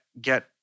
get